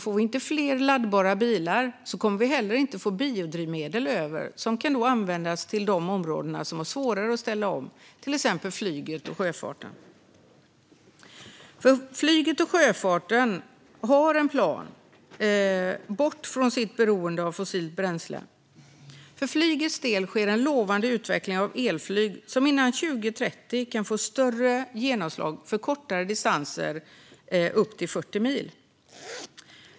Om vi inte får fler laddbara bilar kommer vi inte heller att få biodrivmedel över som kan användas till de områden som har svårare att ställa om, till exempel flyget och sjöfarten. Flyget och sjöfarten har en plan för att komma bort från sitt beroende av fossilt bränsle. För flygets del sker en lovande utveckling av elflyg, som innan 2030 kan få större genomslag för kortare distanser upp till 40 mil.